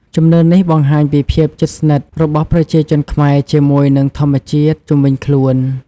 ជំនឿនេះបង្ហាញពីភាពជិតស្និទ្ធរបស់ប្រជាជនខ្មែរជាមួយនឹងធម្មជាតិជុំវិញខ្លួន។